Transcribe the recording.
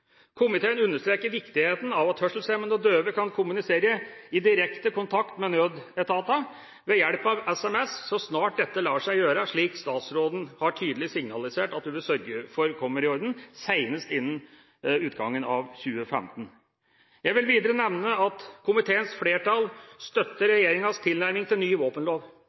Komiteen understreker viktigheten av at hørselshemmede og døve kan kommunisere i direkte kontakt med nødetatene, ved hjelp av SMS, så snart dette lar seg gjøre, slik statsråden tydelig har signalisert at hun vil sørge for kommer i orden – senest innen utgangen av 2015. Jeg vil videre nevne at komiteens flertall støtter regjeringas tilnærming til ny våpenlov.